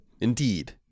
Indeed